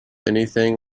anything